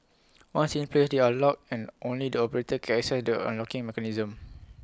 once in place they are locked and only the operator can access the unlocking mechanism